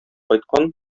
кайткан